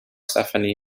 stephanie